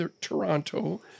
Toronto